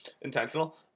intentional